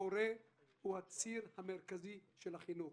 המורה הוא הציר המרכזי של החינוך.